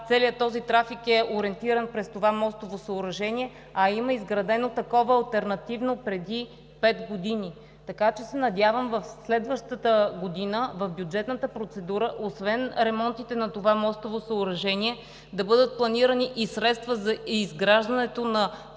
Целият този трафик е ориентиран през това мостово съоръжение, а има изградено алтернативно такова преди пет години. Надявам се в следващата година в бюджетната процедура освен ремонтите на това мостово съоръжение да бъдат планирани и средства за изграждането на